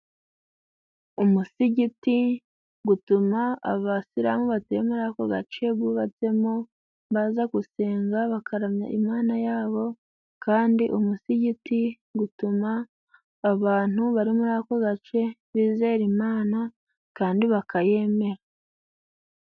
Umusigiti gutuma abasilamu batuye muri ako gace gubatsemo baza gusenga, bakaramya lmana yabo. Kandi umusigiti gutuma abantu bari muri ako gace bizera Imana kandi bakayemera.